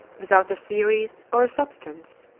without a series or a substance,